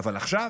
אבל עכשיו?